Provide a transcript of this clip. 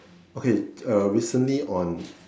okay uh recently on